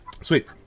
Sweet